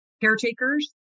caretakers